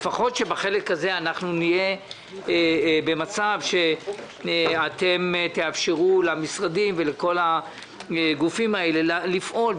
לפחות שבחלק הזה נהיה במצב שאתם תאפשרו למשרדים ולכל הגופים לפעול,